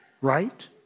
right